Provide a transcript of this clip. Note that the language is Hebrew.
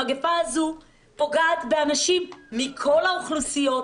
המגיפה הזאת פוגעת באנשים מכל האוכלוסיות,